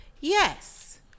Yes